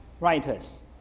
writers